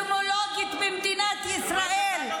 בעיה אופטלמולוגית במדינת ישראל,